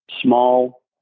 small